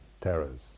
terrors